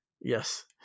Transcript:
Yes